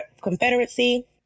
Confederacy